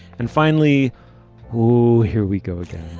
and finally who. here we go again.